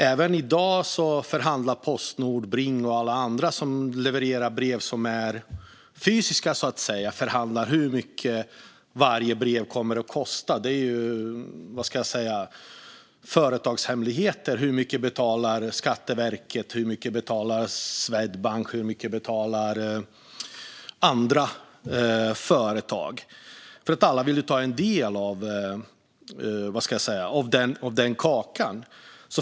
Även i dag förhandlar Postnord, Bring och alla andra som levererar fysiska brev hur mycket varje brev ska kosta att leverera. Det är en företagshemlighet hur mycket Skatteverket, Swedbank och andra företag betalar, för alla vill ju ha en del av den kakan.